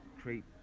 create